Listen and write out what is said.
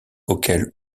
auquel